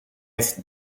het